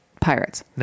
pirates